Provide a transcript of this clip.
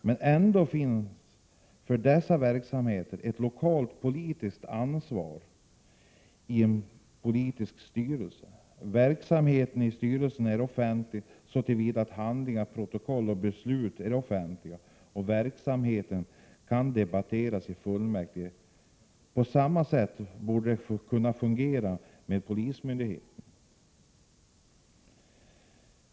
Men ändå finns det för dessa verksamheter ett lokalt politiskt ansvar i en politisk styrelse. Verksamheten i styrelsen är offentlig så till vida att handlingar, protokoll och beslut är offentliga och verksamheten kan debatteras i fullmäktige. På samma sätt borde det kunna fungera med polismyndigheten.